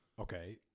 Okay